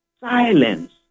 silence